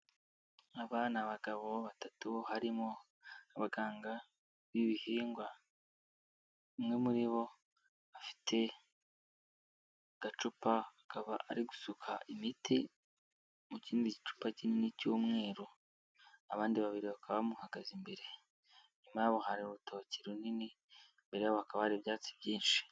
Aba ni abagabo batatu harimo abaganga b'ibihingwa umwe muri bo afite agacupa akaba ari gusuka imiti mu kindi gicupa kinini cy'umweru abandi babiri baka bamuhagaze imbere, inyuma yabo hari urutoki runini, imbere yabo hakaba hari ibyatsi byinshi.